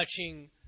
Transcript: touching